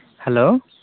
hello